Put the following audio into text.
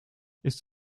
ist